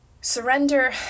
surrender